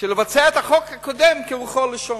שתכליתו לבצע את החוק הקודם כרוחו וכלשונו.